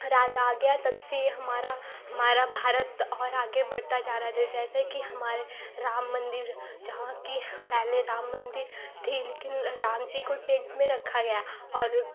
राज आ गया है तब से ये हमारा हमारा भारत और आगे बढ़ता जा रहा है दे जैसे कि हमारे राम मंदिर जहाँ की पहले राम मंदिर थी लेकिन राम जी को टेंट में रखा गया और